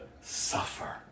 suffer